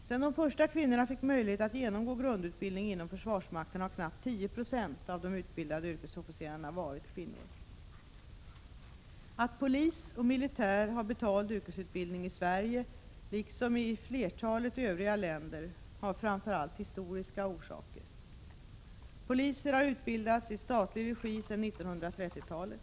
Sedan de första kvinnorna fick möjlighet att genomgå 15 grundutbildning inom försvarsmakten, har knappt 10 26 av de utbildade yrkesofficerarna varit kvinnor. Att polis och militär har betald yrkesutbildning i Sverige liksom i flertalet övriga länder har framför allt historiska orsaker. Poliser har utbildats i statlig regi sedan 1930-talet.